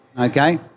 okay